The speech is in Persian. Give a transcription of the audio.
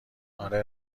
آره